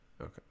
okay